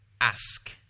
ask